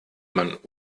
man